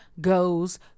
goes